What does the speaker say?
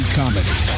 comedy